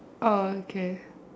orh okay